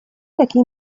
такие